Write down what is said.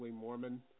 Mormon